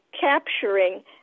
capturing